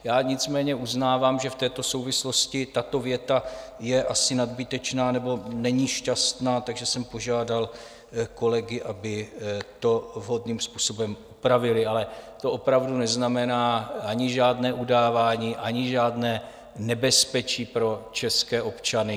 Já nicméně uznávám, že v této souvislosti tato věta je asi nadbytečná nebo není šťastná, takže jsem požádal kolegy, aby to vhodným způsobem upravili, ale to opravdu neznamená ani žádné udávání, ani žádné nebezpečí pro české občany.